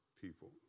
people